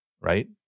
Right